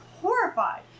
horrified